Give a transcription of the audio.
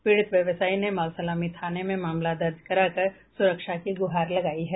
पीड़ित व्यवसायी ने मालसलामी थाने में मामला दर्ज कराकर सुरक्षा की गुहार लगायी है